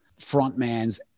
frontmans